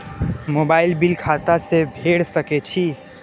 Mobile bill खाता से भेड़ सके छि?